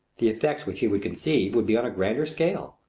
the effects which he would conceive would be on a grander scale.